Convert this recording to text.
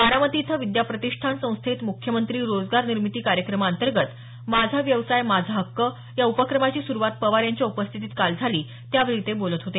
बारामती इथं विद्या प्रतिष्ठान संस्थेत मुख्यमंत्री रोजगार निर्मिती कार्यक्रमांतर्गत माझा व्यवसाय माझा हक्क या उपक्रमाची सुरुवात पवार यांच्या उपस्थितीत काल झाली त्यावेळी ते बोलत होते